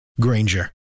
Granger